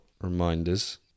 reminders